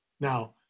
Now